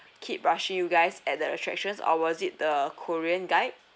keep rush you guys at the attractions or was it the korean guide